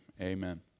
Amen